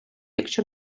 якщо